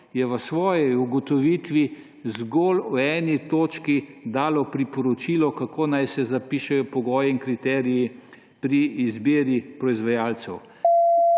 je v svoji ugotovitvi zgolj v eni točki dalo priporočilo, kako naj se zapišejo pogoji in kriteriji pri izbiri proizvajalcev.